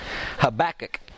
Habakkuk